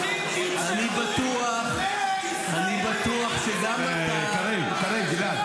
קריב, אני בטוח שגם אתה --- קריב, קריב, גלעד.